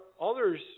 others